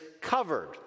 covered